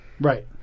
Right